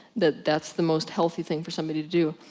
that that's the most healthy thing for somebody to do.